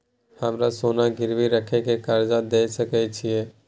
हमरा सोना गिरवी रखय के कर्ज दै सकै छिए?